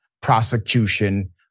prosecution